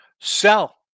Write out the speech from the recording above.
Sell